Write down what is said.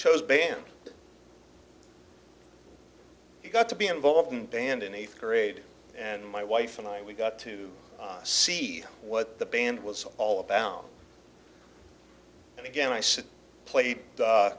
chose ben you got to be involved in band in eighth grade and my wife and i we got to see what the band was all about and again i